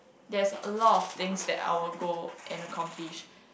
that's a lot of things that I will go and accomplish